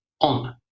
on